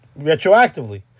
retroactively